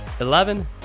eleven